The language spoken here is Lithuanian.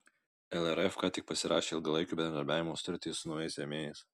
lrf ką tik pasirašė ilgalaikio bendradarbiavimo sutartį su naujais rėmėjais